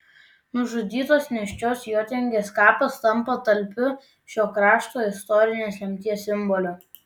nužudytos nėščios jotvingės kapas tampa talpiu šio krašto istorinės lemties simboliu